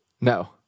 No